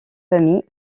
famille